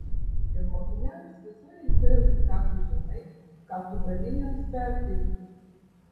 ir mokiniams visai dzin ką tu žinai ką tu gali jiems perteikti